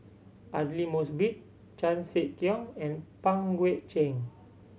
Aidli Mosbit Chan Sek Keong and Pang Guek Cheng